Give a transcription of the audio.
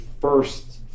first